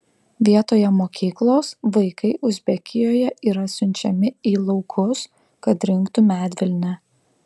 vietoje mokyklos vaikai uzbekijoje yra siunčiami į laukus kad rinktų medvilnę